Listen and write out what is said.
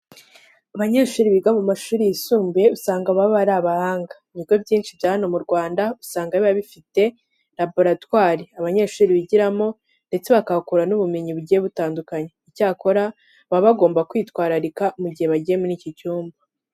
Abanyeshuri biga mu mashuri yisumbuye usanga baba ari abahanga. Ibigo byinshi bya hano mu Rwanda usanga biba bifite laboratwari abanyeshuri bigiramo ndetse bakahakura n'ubumenyi bugiye butandukanye. Icyakora, baba bagomba kwitwararika mu gihe bagiye muri iki cyumba.